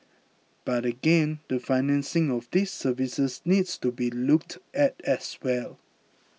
but again the financing of these services needs to be looked at as well